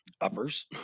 uppers